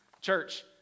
Church